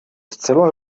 zcela